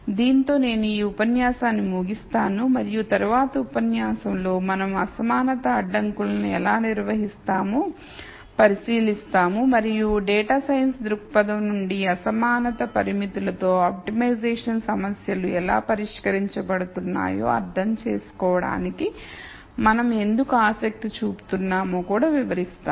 దీనితో నేను ఈ ఉపన్యాసాన్ని ముగిస్తాను మరియు తరువాతి ఉపన్యాసంలో మనం అసమానత అడ్డంకులను ఎలా నిర్వహిస్తామో పరిశీలిస్తాము మరియు డేటా సైన్స్ దృక్పథం నుండి అసమానత పరిమితులతో ఆప్టిమైజేషన్ సమస్యలు ఎలా పరిష్కరించబడుతున్నాయో అర్థం చేసుకోవడానికి మనం ఎందుకు ఆసక్తి చూపుతున్నామో కూడా వివరిస్తాను